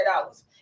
dollars